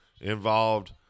involved